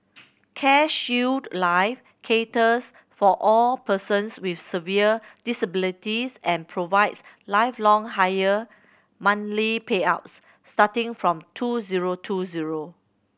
CareShield Life caters for all persons with severe disabilities and provides lifelong higher monthly payouts starting from two zero two zero